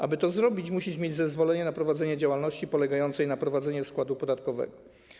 Aby to zrobić, musisz mieć zezwolenie na prowadzenie działalności polegającej na prowadzeniu składu podatkowego.